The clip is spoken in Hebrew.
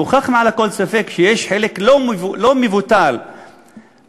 הוכח מעל לכל ספק שחלק לא מבוטל מהשוטרים,